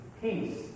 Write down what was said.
peace